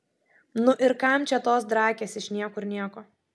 nu ir kam čia tos drakės iš niekur nieko